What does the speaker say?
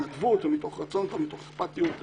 בהתנדבות, מתוך רצון טוב ומתוך אכפתיות למדינה.